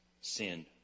sin